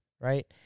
right